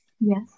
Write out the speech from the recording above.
Yes